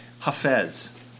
Hafez